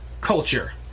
culture